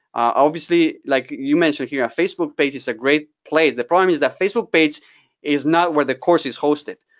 obviously, like you mentioned here, a facebook page is a great place. the problem is that facebook page is not where the course is hosted.